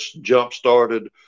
jump-started